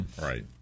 Right